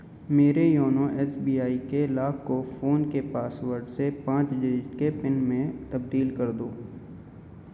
میرے YONO S B I کے lock کو فون کے پاس ورڈ سے پانچ ڈجٹ کے پن میں تبدیل کر دو